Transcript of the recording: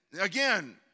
again